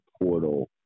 portal